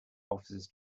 officers